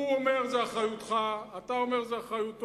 הוא אומר שזה אחריותך, אתה אומר שזה אחריותו.